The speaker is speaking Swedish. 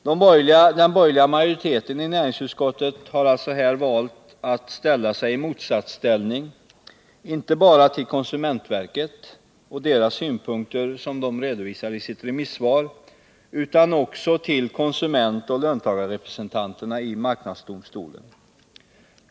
Den borgerliga majoriteten i näringsutskottet har alltså här valt att ställa sig i motsatsställning inte bara till konsumentverket och de synpunkter verket redovisar i sitt remissvar utan också till konsumentoch löntagarrepresentanterna i marknadsdomstolen.